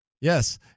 Yes